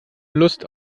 lust